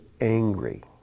angry